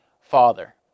Father